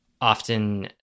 often